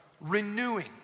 renewing